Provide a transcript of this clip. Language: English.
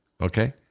Okay